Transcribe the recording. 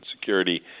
security